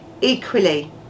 equally